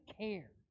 care